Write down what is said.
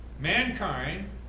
mankind